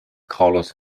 carlos